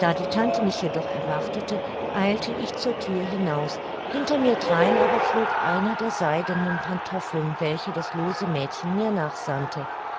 da die tante mich jedoch erwartete eilte ich zur thür hinaus hinter mir drein aber flog einer der seidenen pantoffeln welche das lose mädchen mir